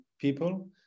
people